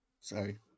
sorry